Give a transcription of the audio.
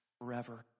forever